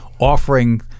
offering